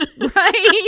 Right